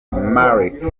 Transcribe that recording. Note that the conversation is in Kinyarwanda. marc